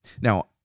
Now